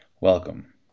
welcome